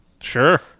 Sure